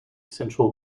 central